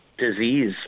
Disease